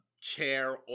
chair